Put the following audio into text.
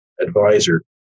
advisor